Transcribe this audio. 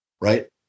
Right